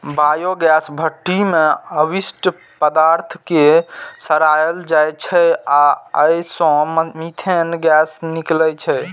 biogas भट्ठी मे अवशिष्ट पदार्थ कें सड़ाएल जाइ छै आ अय सं मीथेन गैस निकलै छै